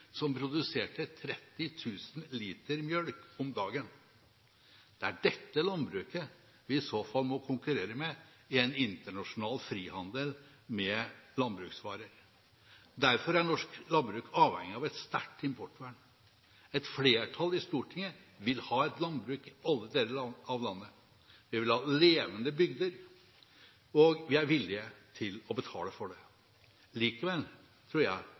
som produserte 30 000 liter mjølk om dagen. Det er dette landbruket vi i så fall må konkurrere med i en internasjonal frihandel med landbruksvarer. Derfor er norsk landbruk avhengig av et sterkt importvern. Et flertall i Stortinget vil ha et landbruk i alle deler av landet. Vi vil ha levende bygder, og vi er villige til å betale for det. Likevel tror jeg